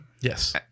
Yes